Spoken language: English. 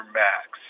max